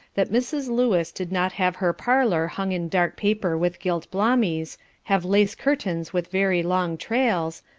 that mrs. lewis did not have her parlour hung in dark paper with gilt blommies have lace curtains with very long trails,